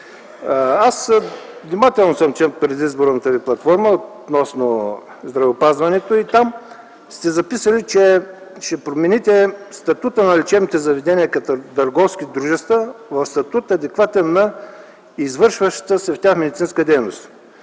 Внимателно съм чел предизборната ви платформа относно здравеопазването. Там сте записали, че ще промените статута на лечебните заведения като търговски дружества в статут, адекватен на извършващата се в тях медицинска дейност.